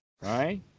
Right